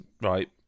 right